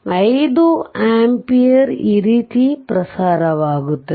ಇದು 5 ಆಂಪಿಯರ್ ಈ ರೀತಿ ಪ್ರಸಾರವಾಗುತ್ತದೆ